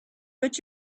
what